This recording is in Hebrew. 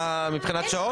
אה, מה מבחינת שעות?